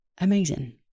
Amazing